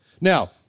Now